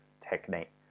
technique